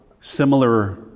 similar